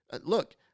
look